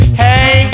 hey